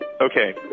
Okay